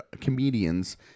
comedians